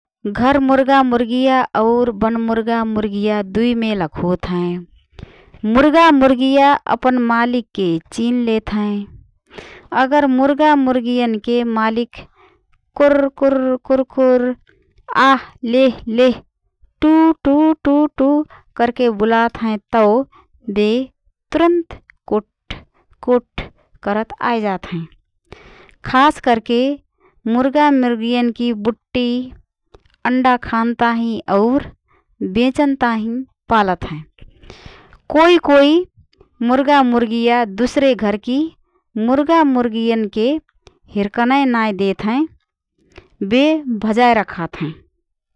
घर मुर्गा मुर्गिया और वन मुर्गा मुर्गिया दुई मेलक होत हएँ । मुर्गा मुर्गिया अपन मालिकके चिनलेत हएँ । अगर मुर्गा मुर्गियनके मालिक कुर कुर कुर कुर, आ लेह लेह, टु टु टु टु करके बुलात हएँ तओ बे तुरन्त कुट्ठ कुट्ठ करत आएजात हएँ । खास करके मुर्गा मुर्गियनकी बुट्टी, अण्डा खान ताहिँ और बेचन ताहिँ पालत हएँ । कोइ कोइ मुर्गा मुर्गिया दुसरे घरकी मुर्गा मुर्गियनके हिर्कनएँ नाएँ देतहएँ । बे भजाए रखात हएँ ।